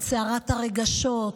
את סערת הרגשות,